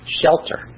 shelter